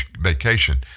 vacation